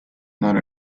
not